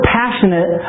passionate